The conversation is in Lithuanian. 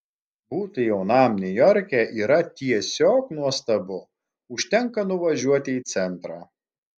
būti jaunam niujorke yra tiesiog nuostabu užtenka nuvažiuoti į centrą